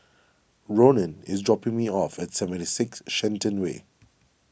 Ronan is dropping me off at seventy six Shenton Way